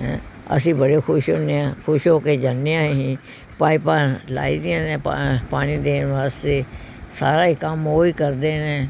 ਹੈਂ ਅਸੀਂ ਬੜੇ ਖੁਸ਼ ਹੁੰਦੇ ਹਾਂ ਖੁਸ਼ ਹੋ ਕੇ ਜਾਂਦੇ ਹਾਂ ਅਸੀਂ ਪਾਈਪਾਂ ਲਾਈ ਦੀਆਂ ਨੇ ਪਾ ਪਾਣੀ ਦੇਣ ਵਾਸਤੇ ਸਾਰਾ ਹੀ ਕੰਮ ਉਹ ਹੀ ਕਰਦੇ ਨੇ